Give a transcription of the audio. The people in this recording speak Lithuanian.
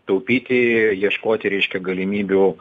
taupyti ieškoti reiškia galimybių